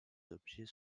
objets